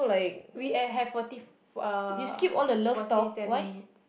we and have forty uh forty seven minutes